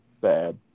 bad